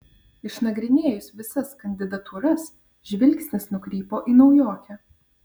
išnagrinėjus visas kandidatūras žvilgsnis nukrypo į naujokę